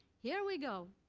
here we go!